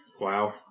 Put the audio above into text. Wow